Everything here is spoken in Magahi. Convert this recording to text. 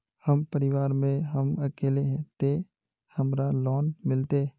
हम परिवार में हम अकेले है ते हमरा लोन मिलते?